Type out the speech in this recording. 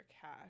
cash